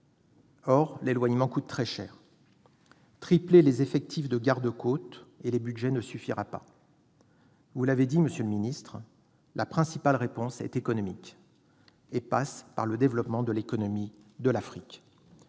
Or les éloigner coûte très cher. Tripler les effectifs de garde-côtes et les budgets ne suffira pas. Vous l'avez souligné, monsieur le secrétaire d'État, la principale réponse est économique et passe par le développement de l'économie de l'Afrique.